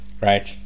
right